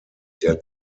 der